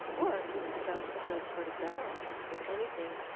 or you can stuff a grilled portobello with anything.